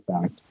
fact